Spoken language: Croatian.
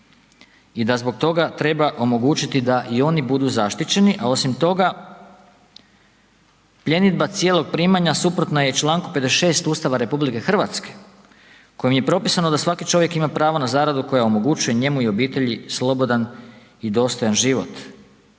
i da zbog toga treba omogućiti da i oni budu zaštićeni, a osim toga, pljenidba cijelog primanja suprotna je čl. 56. Ustava RH kojim je propisano da svaki čovjek ima pravo na zaradu koja omogućuje njemu i obitelji slobodan i dostojan život,